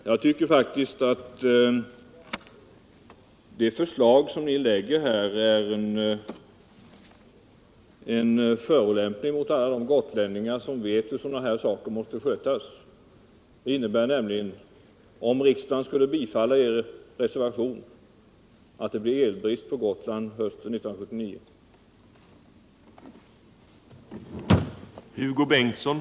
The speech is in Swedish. Jag tycker faktiskt att det förslag ni lägger fram är en förolämpning mot alla de gotlänningar som vet hur sådana här saker måste skötas. Om riksdagen skulle bifalla er reservation skulle det innebära att det blev elbrist på Gotland hösten 1979.